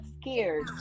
scared